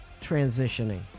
transitioning